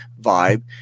vibe